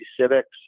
civics